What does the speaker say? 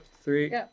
Three